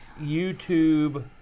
YouTube